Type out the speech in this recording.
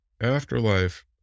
afterlife